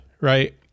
Right